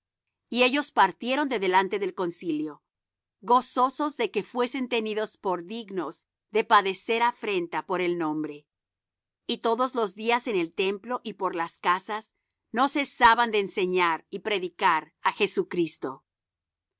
y ellos partieron de delante del concilio gozosos de que fuesen tenidos por dignos de padecer afrenta por el nombre y todos los días en el templo y por las casas no cesaban de enseñar y predicar á jesucristo